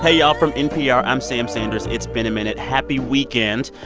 ah y'all. from npr, i'm sam sanders. it's been a minute. happy weekend.